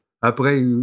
Après